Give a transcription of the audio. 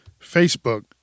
Facebook